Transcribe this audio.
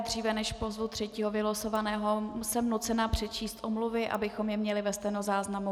Dříve než pozvu třetího vylosovaného, jsem nucena přečíst omluvy, abychom je měli ve stenozáznamu.